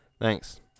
Thanks